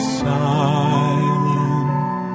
silent